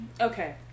Okay